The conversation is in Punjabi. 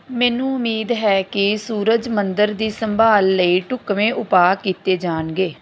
ਮੈਨੂੰ ਉਮੀਦ ਹੈ ਕਿ ਸੂਰਜ ਮੰਦਰ ਦੀ ਸੰਭਾਲ ਲਈ ਢੁਕਵੇਂ ਉਪਾਅ ਕੀਤੇ ਜਾਣਗੇ